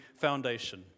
foundation